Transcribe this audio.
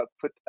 put